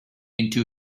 into